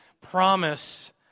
promise